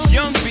Young